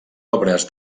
obres